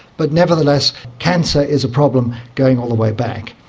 but nevertheless cancer is a problem going all the way back.